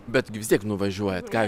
bet gi vis tiek nuvažiuojat ką